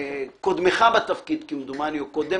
קודמך בתפקיד או קודם